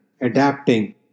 adapting